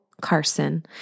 Carson